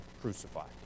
crucified